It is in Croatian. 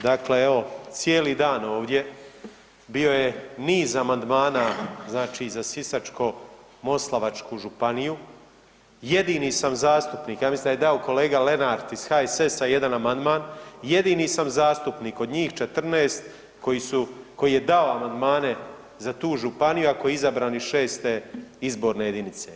Dakle, evo cijeli dan ovdje bio je niz amandmana za Sisačko-moslavačku županiju, jedini sam zastupnik, ja mislim da je dao kolega Lenart iz HSS-a jedan amandman, jedini sam zastupnik od njih 14 koji je dao amandmane za tu županiju, a koji je izabran iz 6. izborne jedinice.